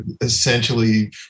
Essentially